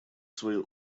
свою